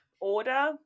order